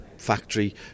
factory